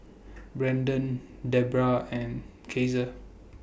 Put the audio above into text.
Brandan Debra and Caesar